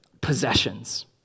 possessions